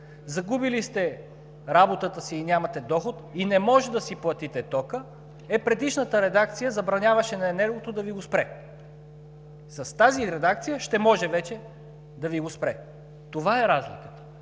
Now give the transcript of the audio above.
загубили сте работата си и нямате доход и не можете да си платите тока, предишната редакция забраняваше на Енергото да Ви го спре, с тази редакция вече ще може да Ви го спре. В това е разликата.